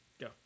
Go